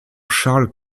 charles